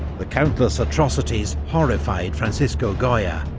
the countless atrocities horrified francisco goya,